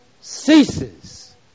ceases